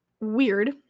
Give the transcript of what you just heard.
weird